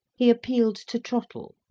he appealed to trottle,